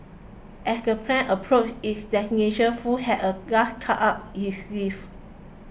as the plane approached its destination Foo had a last card up his sleeve